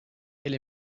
elle